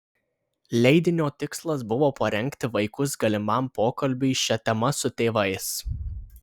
leidinio tikslas buvo parengti vaikus galimam pokalbiui šia tema su tėvais